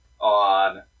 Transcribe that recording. on